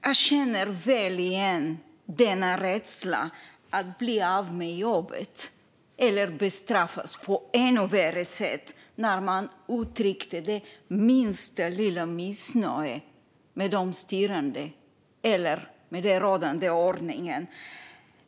Jag känner väl igen denna rädsla för att bli av med jobbet eller bestraffas på ännu värre sätt när man uttryckte det minsta lilla missnöje med de styrande eller med den rådande ordningen.